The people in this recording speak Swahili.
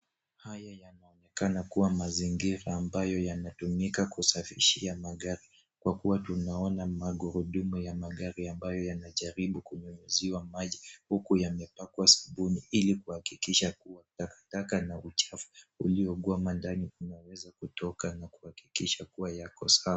Haya yanaonekana kuwa mazingira ambayo yanatumika kusafishia magari kwa kuwa tunaona magurudumu ya magari ambayo yanajaribu kunyunyuziwa maji huku yamepakwa sabuni ili kuhakikisha kuwa takataka na uchafu uliogwama ndani unaweza kutoka na kuhakikisha kuwa yako sawa.